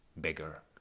bigger